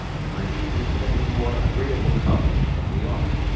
and might be infinitely more agreeable company than we are.